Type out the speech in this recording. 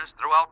throughout